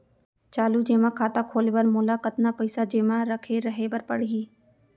चालू जेमा खाता खोले बर मोला कतना पइसा जेमा रखे रहे बर पड़ही?